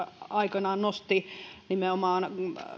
aikoinaan nosti nimenomaan